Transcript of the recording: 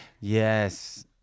yes